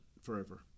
forever